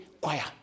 choir